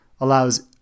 allows